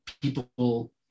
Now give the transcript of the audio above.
people